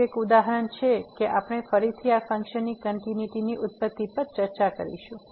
બીજું એક ઉદાહરણ છે કે આપણે ફરીથી આ ફંક્શનની કંટીન્યુટીની ઉત્પત્તિ પર ચર્ચા કરીશું